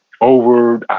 over